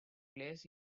place